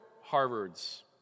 Harvard's